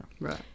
right